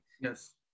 yes